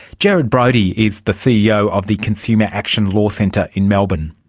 gerard brody is the ceo of the consumer action law centre in melbourne.